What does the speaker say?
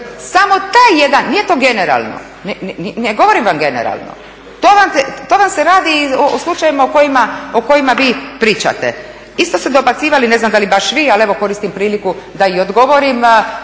Samo taj jedan, nije to generalno, ne govorim vam generalno. To vam se radi o slučajevima o kojima vi pričate. Isto ste dobacivali ne znam da li baš vi, ali evo koristim priliku da i odgovorim